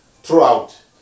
throughout